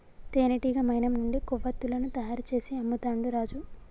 తేనెటీగ మైనం నుండి కొవ్వతులను తయారు చేసి అమ్ముతాండు రాజు